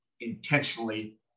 intentionally